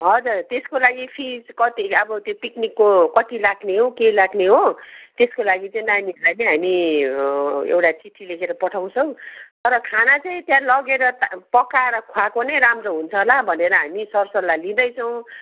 हजुर त्यसको लागि फिज कति अब त्यो पिकनिकको कति लाग्ने हो के लाग्ने हो त्यसको लागि चाहिँ नानीहरूलाई नै हामी एउटा चिठी लेखेर पठाउँछौँ तर खाना चाहिँ त्यहाँ लगेर पकाएर खुवाएको नै राम्रो हुन्छ होला भनेर हामी सर सल्लाह लिँदैछौँ